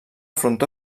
frontó